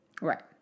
Right